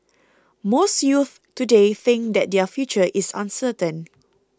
most youths today think that their future is uncertain